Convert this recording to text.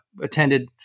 attended